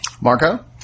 Marco